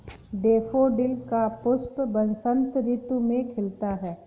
daffodil का पुष्प बसंत ऋतु में खिलता है